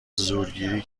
زورگیری